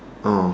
oh